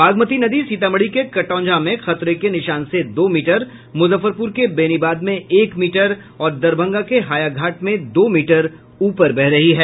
बागमती नदी सीतामढ़ी के कटौंझा में खतरे के निशान से दो मीटर मुजफ्फरपुर के बेनीबाद में एक मीटर और दरभंगा के हायाघाट में दो मीटर ऊपर बह रही है